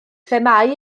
themâu